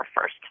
first